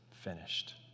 finished